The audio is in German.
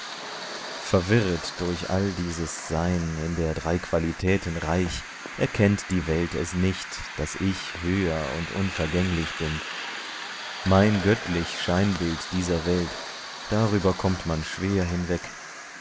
verwirret durch all dieses sein in der drei qualitäten reich erkennt die welt es nicht daß ich höher und unvergänglich bin mein göttlich scheinbild dieser welt darüber kommt man schwer hinweg